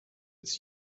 its